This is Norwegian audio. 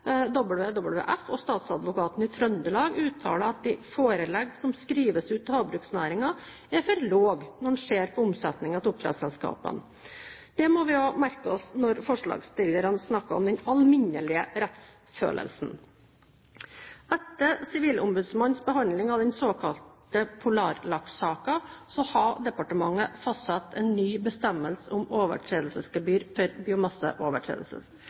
og statsadvokaten i Trøndelag uttalt at de forelegg som skrives ut til havbruksnæringen, er for lave når en ser på omsetningen til oppdrettsselskapene. Det må vi også merke oss når forslagsstillerne snakker om den «alminnelige rettsfølelse». Etter sivilombudsmannens behandling av den såkalte Polarlaks-saken har departementet fastsatt en ny bestemmelse om overtredelsesgebyr for biomasseovertredelser.